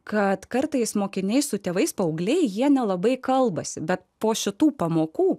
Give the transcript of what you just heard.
kad kartais mokiniai su tėvais paaugliai jie nelabai kalbasi bet po šitų pamokų